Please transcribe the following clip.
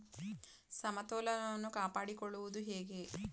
ಸಮತೋಲನವನ್ನು ಕಾಪಾಡಿಕೊಳ್ಳುವುದು ಹೇಗೆ?